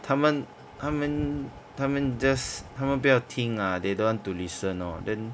他们他们他们 just 他们不要听 ah they don't want to listen lor then